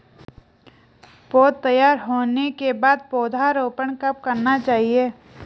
पौध तैयार होने के बाद पौधा रोपण कब करना चाहिए?